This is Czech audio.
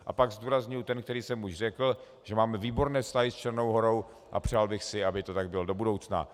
A pak zdůrazňuji ten, který jsem už řekl, že máme výborné vztahy s Černou Horou, a přál bych si, aby to tak bylo do budoucna.